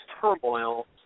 turmoil